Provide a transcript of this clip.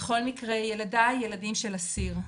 בכל מקרה, ילדיי הם ילדים של אסיר,